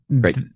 Great